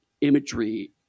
imagery